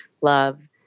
love